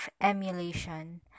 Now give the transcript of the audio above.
emulation